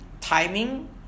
timing